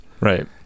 right